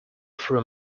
through